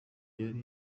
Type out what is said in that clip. yari